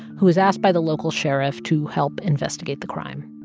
who was asked by the local sheriff to help investigate the crime.